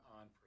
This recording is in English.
on